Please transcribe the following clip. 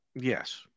Yes